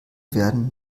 werden